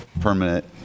permanent